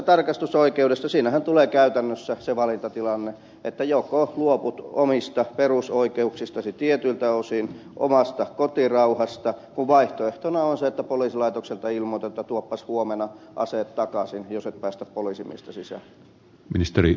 siinähän tulee käytännössä se valintatilanne että joko luovut omista perusoikeuksistasi tietyiltä osin omasta kotirauhasta kun vaihtoehtona on se että poliisilaitokselta ilmoitetaan että tuopas huomenna aseet takaisin jos et päästä poliisimiestä sisään